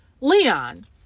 Leon